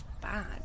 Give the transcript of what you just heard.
bad